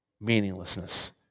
meaninglessness